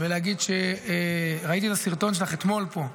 ולהגיד שראיתי אתמול את הסרטון שלך והתרגשתי.